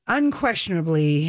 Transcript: unquestionably